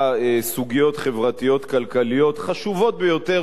סוגיות חברתיות-כלכליות חשובות ביותר,